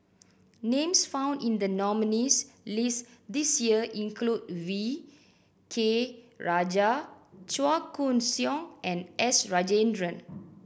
names found in the nominees' list this year include V K Rajah Chua Koon Siong and S Rajendran